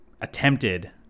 attempted